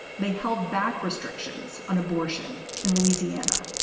they held back restrictions on abortion in louisiana.